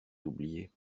oublié